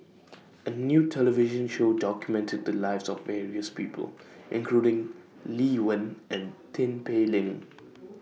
A New television Show documented The Lives of various People including Lee Wen and Tin Pei Ling